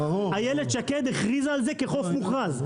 איילת שקד הכריזה על זה כחוף מוכרז.